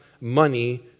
money